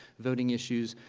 voting issues,